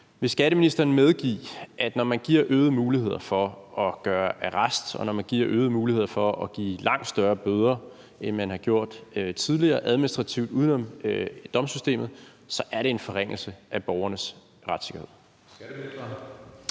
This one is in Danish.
Vil skatteministeren medgive, at når man giver øgede muligheder for at gøre arrest, og når man giver øgede muligheder for at give langt større bøder, end man gjorde tidligere administrativt uden om domstolssystemet, er det en forringelse af borgernes retssikkerhed? Kl. 14:58 Tredje